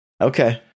Okay